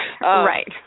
Right